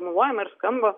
formuluojama ir skamba